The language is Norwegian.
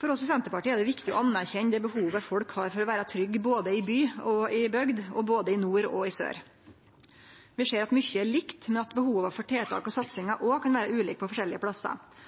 For oss i Senterpartiet er det viktig å anerkjenne det behovet folk har for å vere trygge, både i by og bygd, og både i nord og sør. Vi ser at mykje er likt, men at behova for tiltak og satsingar òg kan vere ulike på forskjellige plassar.